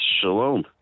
shalom